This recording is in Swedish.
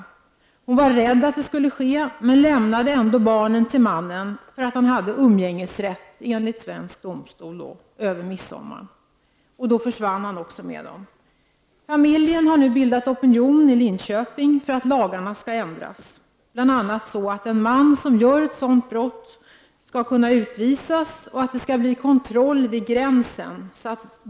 Kvinnan fruktade att barnen skulle bortrövas men lämnade ändå barnen till mannen, eftersom denne hade umgängesrätt enligt svensk domstol över midsommaren det aktuella året. Men mannen försvann med barnen. Familjen har nu väckt en opinion i Linköping för en ändring av de här lagarna. Bl.a. vill man att en man som begår sådant här brott skall kunna utvisas och att det skall vara kontroll vid gränsen.